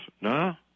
no